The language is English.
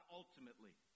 ultimately